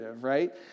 right